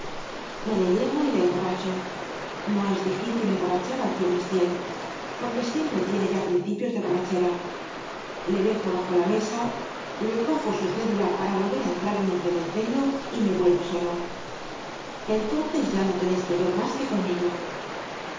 me le llevo y le emborracho no es difícil emborrachar al tio mestienne porque siempre tiene ya principios de borrachera le dejo bajo la mesa le cojo su cédula para volver á entrar en el cementerio y me vuelvo solo entonces ya no teneis que ver mas que conmigo